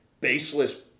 baseless